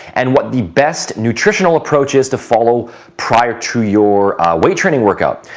and what the best nutritional approaches to follow prior to your weight training workout.